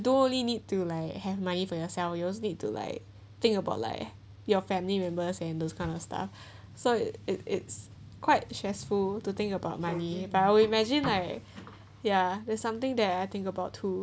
don't only need to like have money for yourself you need to like think about like your family members and those kind of stuff so it it's quite stressful to think about money but we imagine like ya there's something that I think about too